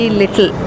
little